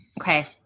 okay